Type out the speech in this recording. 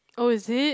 oh is it